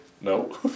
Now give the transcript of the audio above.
No